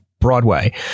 broadway